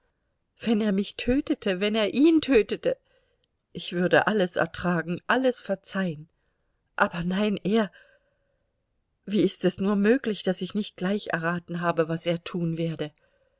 wenn er mich tötete wenn er ihn tötete ich würde alles ertragen alles verzeihen aber nein er wie ist es nur möglich daß ich nicht gleich erraten habe was er tun werde